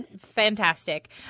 fantastic